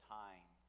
time